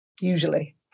usually